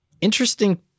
Interesting